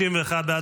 בעד,